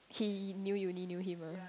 he new uni new him ah